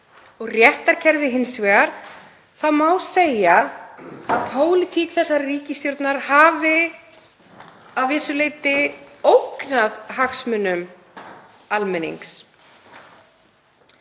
réttarkerfið hins vegar, þá má segja að pólitík þessarar ríkisstjórnar hafi að vissu leyti ógnað hagsmunum almennings.